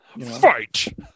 fight